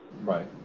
Right